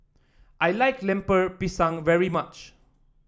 I like Lemper Pisang very much